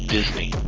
Disney